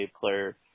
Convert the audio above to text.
player